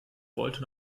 wollte